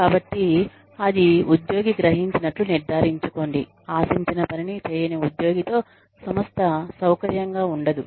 కాబట్టి అది ఉద్యోగి గ్రహించినట్లు నిర్ధారించుకోండి ఆశించిన పనిని చేయని ఉద్యోగి తో సంస్థ సౌకర్యంగా ఉండదు